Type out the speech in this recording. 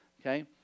okay